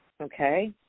okay